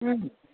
ꯎꯝ